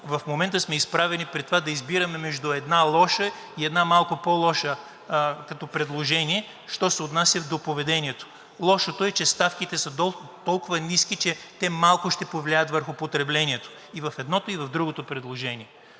в момента сме изправени пред това да избираме между една лоша и една малко по-лоша като предложение, що се отнася до поведението. Лошото е, че ставките са толкова ниски, че те малко ще повлияят върху потреблението и в едното, и в другото предложение.